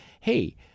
hey